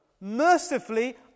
mercifully